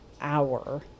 hour